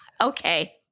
okay